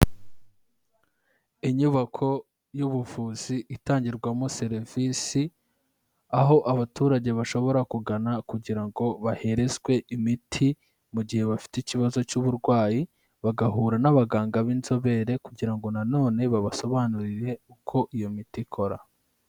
Inyubako y'ubuvuzi itangirwamo serivisi, aho abaturage bashobora kugana kugira ngo baherezwe imiti mu gihe bafite ikibazo cy'uburwayi, bagahura n'abaganga b'inzobere kugira ngo nanone babasobanurire uko iyo miti ikora.